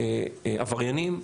עבריינים,